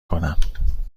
کنم